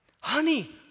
honey